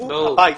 שילכו הביתה.